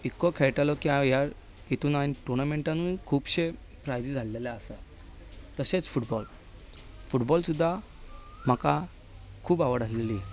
इतलो खेळटालो की हांव ह्या हातूंत टॉर्नमेन्टानूय खुबशे प्रायझीस हाडलेले आसात तशेंच फुटबॉल फुटबॉलाची सुद्दां म्हाका खूब आवड आशिल्ली